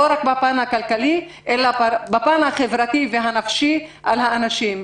לא רק בפן הכלכלי אלא בפן החברתי והנפשי וההשפעה על האנשים.